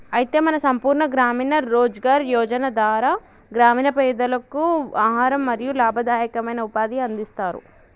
అయితే మన సంపూర్ణ గ్రామీణ రోజ్గార్ యోజన ధార గ్రామీణ పెదలకు ఆహారం మరియు లాభదాయకమైన ఉపాధిని అందిస్తారు